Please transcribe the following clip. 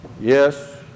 Yes